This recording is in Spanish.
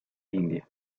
india